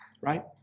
Right